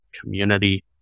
community